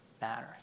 matters